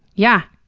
yeah,